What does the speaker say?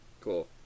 Cool